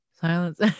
Silence